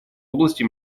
области